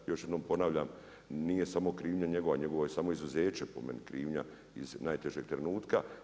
Još jednom ponavljam, nije samo krivnja njegova, njegovo je samo izuzeće po meni krivnja iz najtežeg trenutka.